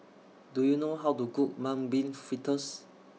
Do YOU know How to Cook Mung Bean Fritters